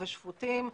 שפוטים,